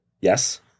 yes